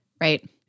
right